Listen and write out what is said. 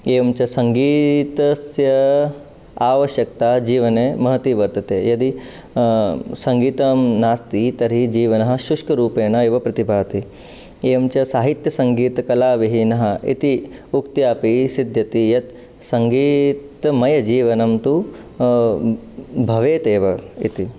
एवञ्च सङ्गीतस्य आवश्यकता जीवने महती वर्तते यदि सङ्गीतं नास्ति तर्हि जीवनं शुष्करूपेण एव प्रतिभाति एवञ्च साहित्यसङ्गीतकलाविहीनः इति उक्त्याऽपि सिद्ध्यति यत् सङ्गीतमयजीवनन्तु भवेत् एव इति